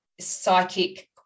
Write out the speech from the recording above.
psychic